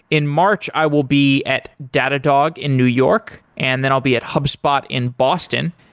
in march i will be at datadog in new york, and then i'll be at hubspot in boston,